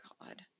God